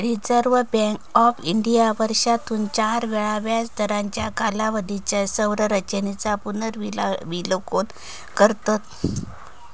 reserve bank of India वर्षातून चार वेळा व्याजदरांच्या कालावधीच्या संरचेनेचा पुनर्विलोकन करता